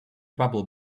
bubble